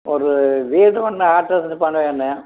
ஒரு வீடு ஒன்று ஆல்ட்ரேஷன் பண்ணவேணும்